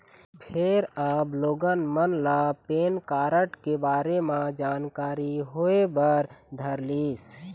फेर अब लोगन मन ल पेन कारड के बारे म जानकारी होय बर धरलिस